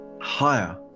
Higher